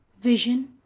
Vision